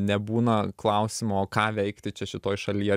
nebūna klausimo ką veikti čia šitoj šaly